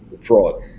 fraud